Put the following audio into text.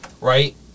right